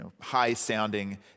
high-sounding